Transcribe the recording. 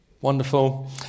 wonderful